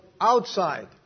outside